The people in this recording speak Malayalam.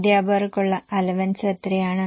അദ്ധ്യാപകർക്കുള്ള അലവൻസ് എത്രയാണ്